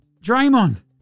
Draymond